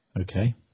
okay